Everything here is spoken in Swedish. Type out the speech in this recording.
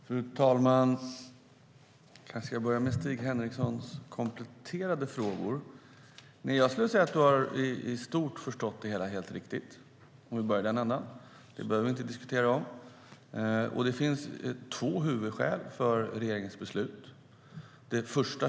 Fru talman! Jag börjar med Stig Henrikssons kompletterande frågor. Jag skulle vilja säga att Stig Henriksson i stort har förstått det hela riktigt. Det behöver vi inte diskutera.